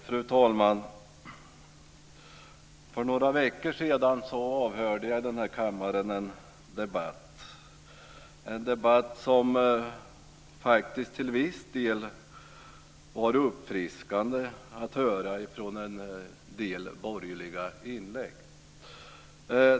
Fru talman! För några veckor sedan avhörde jag i denna kammare en debatt som faktiskt till viss del innehöll en del uppfriskande borgerliga inlägg.